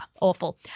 awful